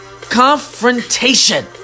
confrontation